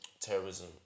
terrorism